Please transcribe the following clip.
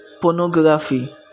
Pornography